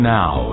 now